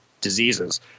diseases